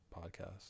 podcast